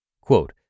Quote